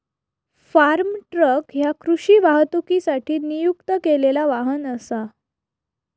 form truck ह्या कृषी वाहतुकीसाठी नियुक्त केलेला वाहन असा